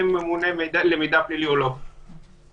ממונה למידע פלילי זה בשורה לציבור.